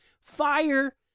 fire